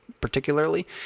particularly